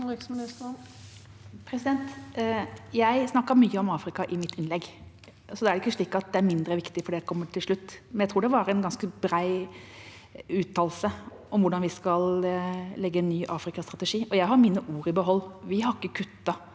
Jeg snakket mye om Afrika i mitt innlegg. Det er ikke slik at det er mindre viktig fordi det kommer til slutt. Jeg tror det var en ganske bred uttalelse om hvordan vi skal legge en ny Afrika-strategi. Og jeg har mine ord i behold – vi har ikke kuttet